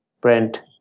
print